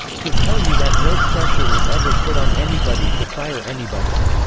to tell you that no pressure was ever put on anybody to fire anybody.